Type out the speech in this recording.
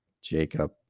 Jacob